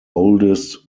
oldest